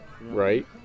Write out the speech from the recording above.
Right